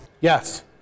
yes